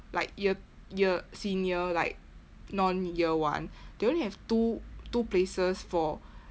like year year senior like non year one they only have two two places for